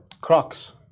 Crocs